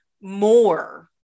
more